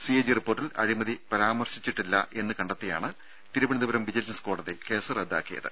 C A G റിപ്പോർട്ടിൽ അഴിമതി പരാമർശിച്ചിട്ടില്ലെന്ന് കണ്ടെത്തിയാണ് തിരുവനന്തപുരം വിജിലൻസ് കോടതി കേസ് റദ്ദാക്കിയത്